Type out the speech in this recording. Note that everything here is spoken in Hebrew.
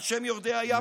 על שם יורדי הים הכובשים,